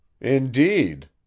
Indeed